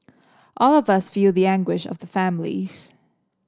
all of us feel the anguish of the families